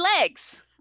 legs